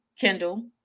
Kendall